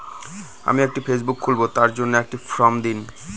আমি একটি ফেসবুক খুলব তার জন্য একটি ফ্রম দিন?